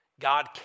God